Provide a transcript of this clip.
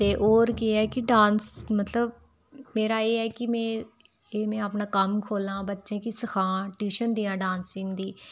ते और केह् ऐ कि डांस मतलब मेरा एह् ऐ के एह् में अपना कम्म खोह्लां बच्चे गी सखांऽ ट्यूशन देआं डांसिग दी